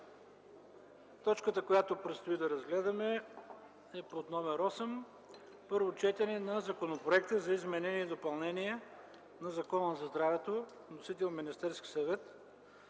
Точката, която предстои да разгледаме, е осма – Първо четене на Законопроект за изменение и допълнение на Закона за здравето. Вносител е Министерският съвет,